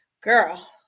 girl